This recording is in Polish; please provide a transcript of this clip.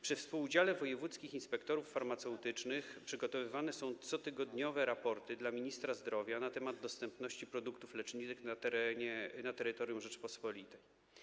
Przy współudziale wojewódzkich inspektorów farmaceutycznych przygotowywane są cotygodniowe raporty dla ministra zdrowia na temat dostępności produktów leczniczych na terytorium Rzeczypospolitej.